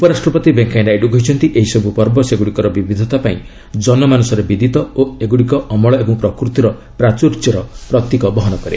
ଉପରାଷ୍ଟପତି ଭେଙ୍କୟା ନାଇଡ଼ କହିଛନ୍ତି ଏହିସବ୍ଧ ପର୍ବ ସେଗ୍ରଡ଼ିକର ବିବିଧତା ପାଇଁ ଜନମାନସରେ ବିଦିତ ଓ ଏଗ୍ରଡ଼ିକ ଅମଳ ଏବଂ ପ୍ରକୃତିର ପ୍ରାଚ୍ରର୍ଯ୍ୟର ପ୍ରତୀକ ବହନ କରେ